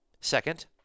Second